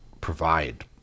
provide